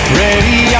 ready